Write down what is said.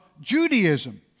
Judaism